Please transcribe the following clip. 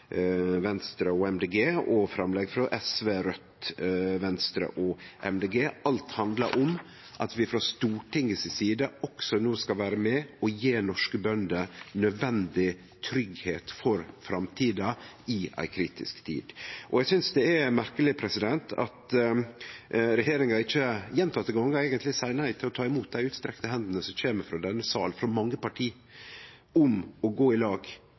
Venstre og Miljøpartiet Dei Grøne, og frå SV, Raudt, Venstre og Miljøpartiet Dei Grøne. Alt handlar om at vi frå Stortinget si side også no skal vere med og gje norske bønder nødvendig tryggleik for framtida i ei kritisk tid. Eg synest det er merkeleg at regjeringa – gjentekne gonger eigentleg i det seinare – ikkje tek imot dei utstrekte hendene som kjem frå denne salen frå mange parti om å gå i lag,